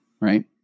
right